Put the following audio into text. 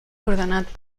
ordenat